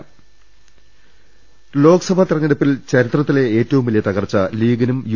രുവെട്ടിരി ലോക്സഭാ തെരഞ്ഞെടുപ്പിൽ ചരിത്രത്തിലെ ഏറ്റവും വലിയ തകർച്ച ലീഗിനും യു